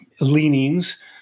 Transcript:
leanings